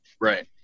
Right